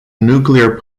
nuclear